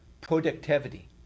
productivity